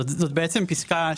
זאת בעצם פסקה,